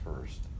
first